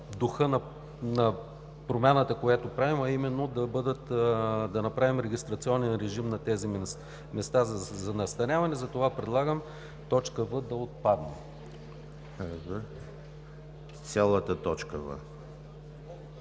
духа на промяната, която правим, а именно да направим регистрационен режим на тези места за настаняване. Затова предлагам точка „в“ да отпадне, ал. 2 е